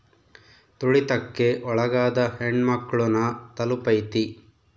ತುಳಿತಕ್ಕೆ ಒಳಗಾದ ಹೆಣ್ಮಕ್ಳು ನ ತಲುಪೈತಿ